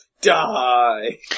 Die